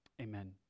Amen